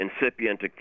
incipient